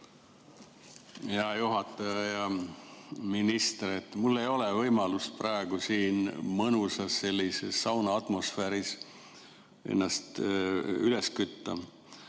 Hea juhataja! Hea minister! Mul ei ole võimalust praegu siin mõnusas sellises saunaatmosfääris ennast üles kütta.